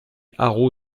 haro